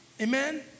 amen